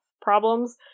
problems